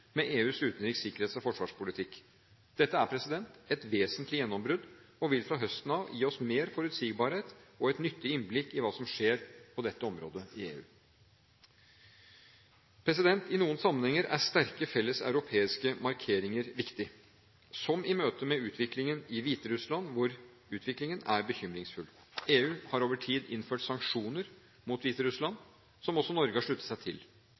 med EUs utenriks-, sikkerhets- og forsvarspolitikk. Dette er et vesentlig gjennombrudd og vil fra høsten av gi oss mer forutsigbarhet og et nyttig innblikk i hva som skjer på dette området i EU. I noen sammenhenger er sterke, felles europeiske markeringer viktig, som i møte med utviklingen i Hviterussland, hvor utviklingen er bekymringsfull. EU har over tid innført sanksjoner mot Hviterussland som også Norge har sluttet seg til.